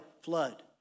flood